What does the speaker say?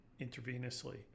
intravenously